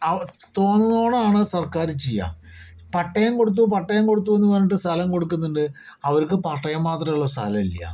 അപ്പൊൾ തോന്നുന്നതാണ് സർക്കാരു ചെയ്യാ പട്ടയം കൊടുത്തു പട്ടയം കൊടുത്തു എന്ന് പറഞ്ഞിട്ട് സ്ഥലം കൊടുക്കുന്നുണ്ട് അവർക്ക് പട്ടയം മാത്രമേയുള്ളു സ്ഥലം ഇല്ല